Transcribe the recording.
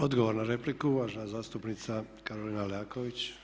Odgovor na repliku uvažena zastupnica Karolina Leaković.